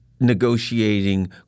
negotiating